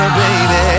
baby